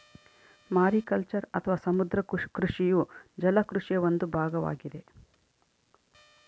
mariculture ಅಥವಾ ಸಮುದ್ರ ಕೃಷಿಯು ಜಲ ಕೃಷಿಯ ಒಂದು ಭಾಗವಾಗಿದೆ